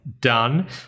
done